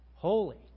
holy